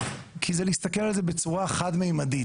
כי זה להסתכל על זה בצורה חד-מימדית,